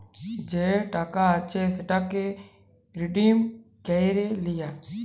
যে টাকা আছে সেটকে রিডিম ক্যইরে লিয়া